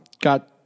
got